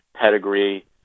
pedigree